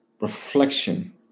reflection